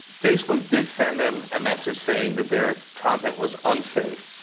facebook did send them a message saying that their content was unsafe.